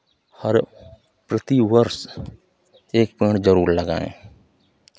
हर प्रति वर्ष एक पेड़ जरूर लगाएँ